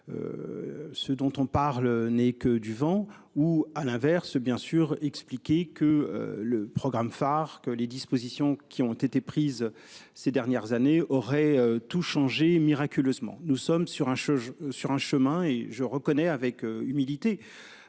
Ce dont on parle n'est que du vent ou à l'inverse, bien sûr, expliquer que le programme phare que les dispositions qui ont été prises ces dernières années aurait tout changé miraculeusement. Nous sommes sur un sur un chemin et je reconnais avec humilité.